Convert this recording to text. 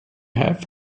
have